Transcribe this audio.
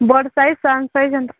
ବଡ଼ ସାଇଜ୍ ସାନ ସାଇଜ୍